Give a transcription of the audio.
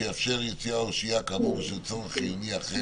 הוועדה וכן חריג שיאפשר יציאה או שהייה כאמור בשל צורך חיוני אחר,